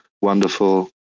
wonderful